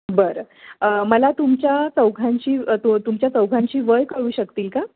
बरं मला तुमच्या चौघांची तो तुमच्या चौघांची वय कळू शकतील का